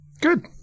good